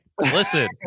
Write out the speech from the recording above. Listen